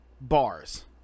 bars